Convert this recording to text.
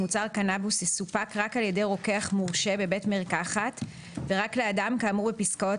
מוצר קנבוס יסופק רק על ידי רוקח מורשה בבית מרקחת ורק לאדם כאמור בפסקאות